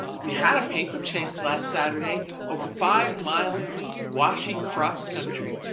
we had a paper chase last saturday over five miles of squashy cross country.